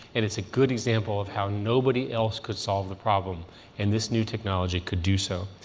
and it's a good example of how nobody else could solve the problem and this new technology could do so.